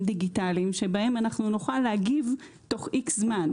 דיגיטליים בהם אנחנו נוכל להגיב תוך איקס זמן.